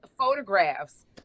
photographs